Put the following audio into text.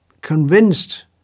convinced